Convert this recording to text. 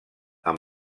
amb